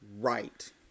Right